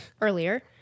earlier